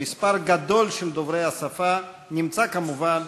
ומספר גדול של דוברי השפה נמצא כמובן